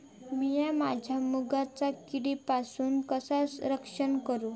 मीया माझ्या मुगाचा किडीपासून कसा रक्षण करू?